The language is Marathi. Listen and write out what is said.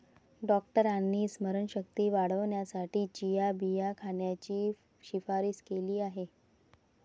डॉक्टरांनी स्मरणशक्ती वाढवण्यासाठी चिया बिया खाण्याची शिफारस केली आहे